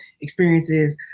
experiences